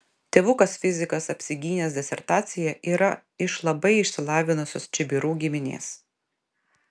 tėvukas fizikas apsigynęs disertaciją yra iš labai išsilavinusios čibirų giminės